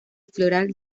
floral